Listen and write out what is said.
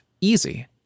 easy